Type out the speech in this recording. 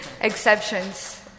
exceptions